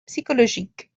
psychologique